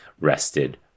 rested